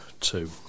two